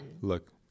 Look